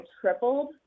tripled